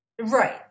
right